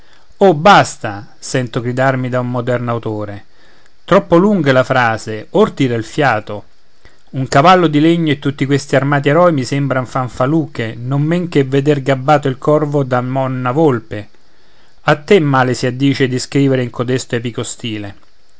oh basta sento gridarmi da un moderno autore troppo lunga è la frase or tira il fiato un cavallo di legno e tutti questi armati eroi mi sembran fanfaluche non meno che veder gabbato il corvo da monna volpe a te male si addice di scrivere in codesto epico stile